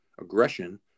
aggression